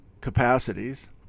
capacities